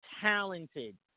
talented